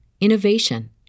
innovation